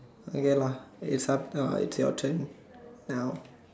okay lah it's up no it's your turn now